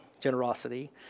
generosity